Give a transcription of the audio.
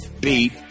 Beat